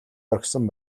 орхисон